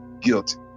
guilty